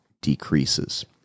decreases